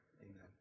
Amen